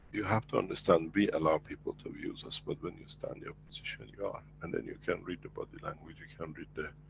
you have to understand, we allow people to abuse us. but when you stand your position, and you are. and then you can read the body language you can read the,